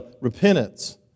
repentance